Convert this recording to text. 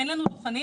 אין לנו דוכנים.